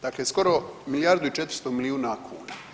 Dakle, skoro milijardu i 400 milijuna kuna.